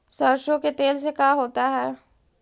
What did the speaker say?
सरसों के तेल से का होता है?